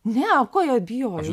ne ko jie bijojo